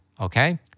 okay